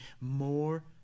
more